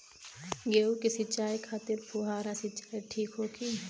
गेहूँ के सिंचाई खातिर फुहारा सिंचाई ठीक होखि?